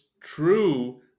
true